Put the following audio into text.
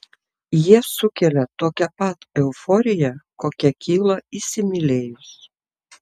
jie sukelia tokią pat euforiją kokia kyla įsimylėjus